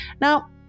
Now